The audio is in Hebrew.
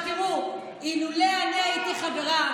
תראו, אילולא הייתי חברה